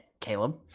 Caleb